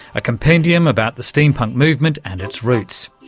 a compendium about the steampunk movement and its roots.